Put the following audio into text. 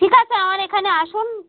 ঠিক আছে আমার এখানে আসুন